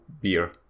beer